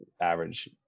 average